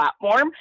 platform